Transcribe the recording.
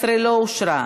18 לא אושרה.